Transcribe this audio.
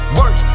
work